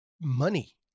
money